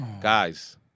Guys